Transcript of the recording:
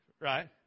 right